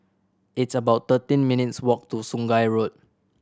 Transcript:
it's about thirteen minutes' walk to Sungei Road